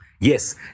Yes